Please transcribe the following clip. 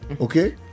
okay